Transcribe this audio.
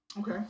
Okay